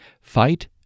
Fight